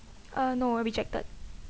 uh no I rejected